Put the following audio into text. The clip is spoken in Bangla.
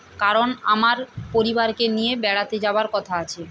কারণ আমার পরিবারকে নিয়ে বেড়াতে যাওয়ার কথা আছে